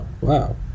Wow